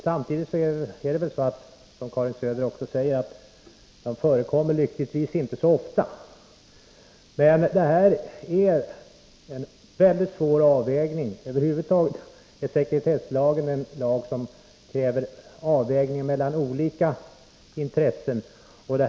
Samtidigt är det så, som Karin Söder säger, att de lyckligtvis inte förekommer så ofta. Men detta är en mycket svår avvägning. Över huvud taget är sekretesslagen en lag som kräver avvägning mellan olika intressen.